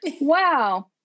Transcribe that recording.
wow